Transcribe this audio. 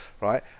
Right